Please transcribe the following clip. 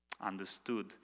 understood